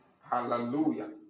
Hallelujah